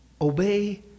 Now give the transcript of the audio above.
obey